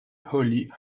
holly